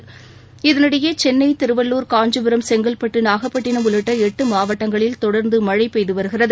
கூண்டும் இதனிடையே சென்னை திருவள்ளர் காஞ்சிபுரம் செங்கல்பட்டு நாகப்பட்டினம் உள்ளிட்ட எட்டு மாவட்டங்களில் தொடர்ந்து மழை பெய்து வருகிறது